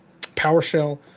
PowerShell